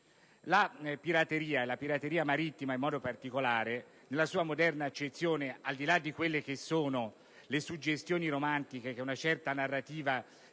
La pirateria, quella marittima in modo particolare, nella sua moderna accezione, al di là delle suggestioni romantiche che una certa narrativa